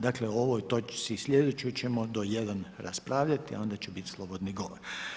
Dakle, o ovoj točci i slijedećoj ćemo do jedan raspravljati a onda će biti slobodni govor.